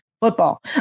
Football